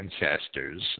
ancestors